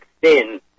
thin